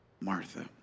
Martha